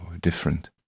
different